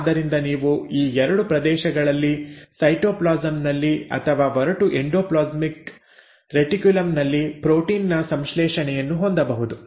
ಆದ್ದರಿಂದ ನೀವು ಈ 2 ಪ್ರದೇಶಗಳಲ್ಲಿ ಸೈಟೋಪ್ಲಾಸಂ ನಲ್ಲಿ ಅಥವಾ ಒರಟು ಎಂಡೋಪ್ಲಾಸ್ಮಿಕ್ ರೆಟಿಕ್ಯುಲಮ್ ನಲ್ಲಿ ಪ್ರೋಟೀನ್ ನ ಸಂಶ್ಲೇಷಣೆಯನ್ನು ಹೊಂದಬಹುದು